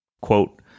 Quote